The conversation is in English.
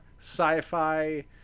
sci-fi